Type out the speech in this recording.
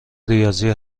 ریاضی